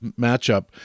matchup